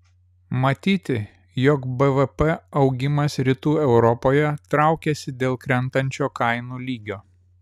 matyti jog bvp augimas rytų europoje traukiasi dėl krentančio kainų lygio